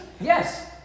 yes